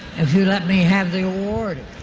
if you let me have the award.